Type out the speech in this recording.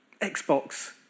Xbox